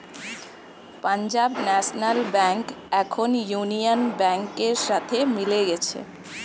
Punjab national bank এখন union ব্যাংকের সাথে মিলে গেছে